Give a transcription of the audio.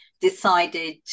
decided